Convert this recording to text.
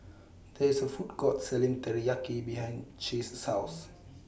There IS A Food Court Selling Teriyaki behind Chase's House